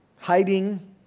hiding